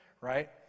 right